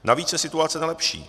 Navíc se situace nelepší.